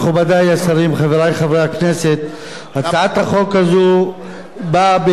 הצעת החוק הזו באה בהסכמה של כל חמשת חברי הכנסת